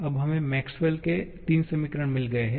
अब हमें Maxwell Maxwells के तीन समीकरण मिल गए हैं